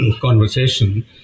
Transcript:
conversation